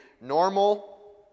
normal